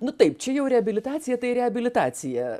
nu taip čia jau reabilitacija tai reabilitacija